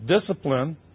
Discipline